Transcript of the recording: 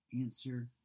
answer